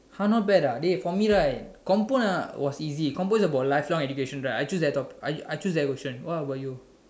!huh! not bad ah dey for me right compo ah was easy compo is about life long educations right I choose that topic I I choose that question what about you